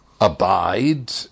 abide